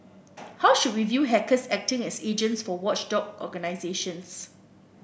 how should we view hackers acting as agents for watchdog organisations